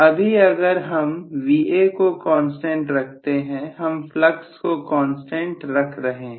अभी अगर हम Va को कांस्टेंट रखते हैं हम फ्लक्स को कांस्टेंट रख रहे हैं